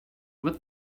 with